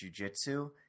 jujitsu